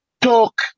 talk